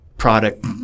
product